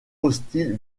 hostile